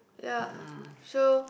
yeah so